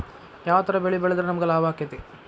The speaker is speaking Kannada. ಯಾವ ತರ ಬೆಳಿ ಬೆಳೆದ್ರ ನಮ್ಗ ಲಾಭ ಆಕ್ಕೆತಿ?